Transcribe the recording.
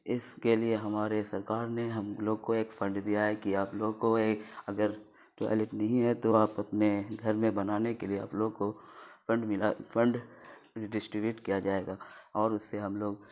اس کے لیے ہمارے سرکار نے ہم لوگ کو ایک فنڈ دیا ہے کہ آپ لوگ کو یہ اگر ٹوائلیٹ نہیں ہے تو آپ اپنے گھر میں بنانے کے لیے آپ لوگ کو فنڈ ملا فنڈ ڈسٹیبیوٹ کیا جائے گا اور اس سے ہم لوگ